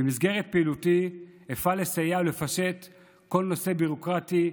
במסגרת פעילותי אפעל לסייע לפשט כל נושא ביורוקרטי,